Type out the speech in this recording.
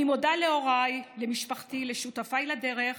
אני מודה להוריי, למשפחתי, לשותפיי לדרך,